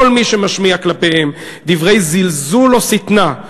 "כל מי שמשמיע כלפיהם דברי זלזול או שטנה,